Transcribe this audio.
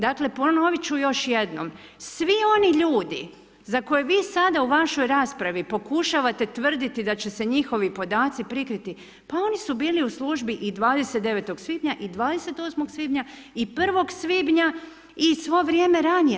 Dakle, ponovit ću još jednom, svi oni ljudi za koje vi sada u vašoj raspravi pokušavate tvrditi da će se njihovi podaci prikriti, pa oni su bili u službi i 29. svibnja i 28. svibnja i 1. svibnja i svo vrijeme ranije.